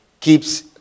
keeps